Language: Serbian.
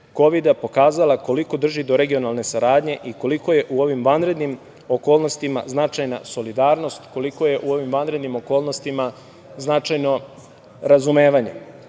kovida pokazala koliko drži do regionalne saradnje i koliko je u ovim vanrednim okolnostima značajna solidarnost, koliko je u ovim vanrednim okolnostima značajno razumevanje. Da